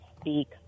speak